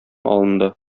алынды